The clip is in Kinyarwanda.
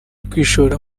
kwishora